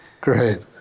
Great